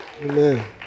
Amen